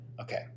Okay